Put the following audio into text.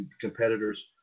competitors